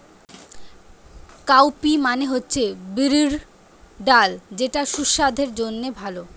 cowpea মানে হচ্ছে বিরির ডাল যেটা সুসাস্থের জন্যে ভালো